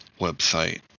website